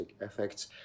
effects